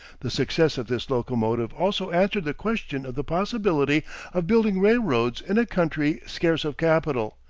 the success of this locomotive also answered the question of the possibility of building railroads in a country scarce of capital,